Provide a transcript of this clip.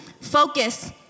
Focus